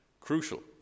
crucial